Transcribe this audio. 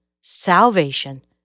salvation